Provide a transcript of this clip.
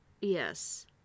Yes